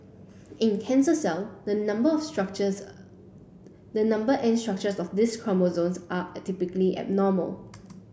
in cancer cell the number structures the number and structures of these chromosomes are typically abnormal